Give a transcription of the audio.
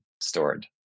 stored